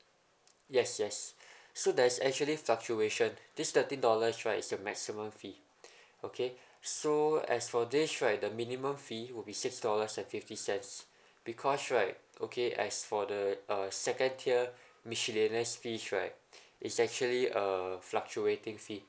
yes yes so there is actually fluctuation this thirteen dollars right it is the maximum fee okay so as for this right the minimum fee will be six dollars and fifty cents because right okay as for the uh second tier miscellaneous fee right it's actually uh fluctuating fee